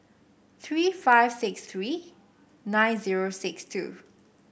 three five six three nine zero six two